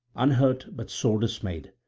unhurt but sore dismayed.